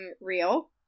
real